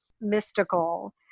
mystical